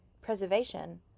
Preservation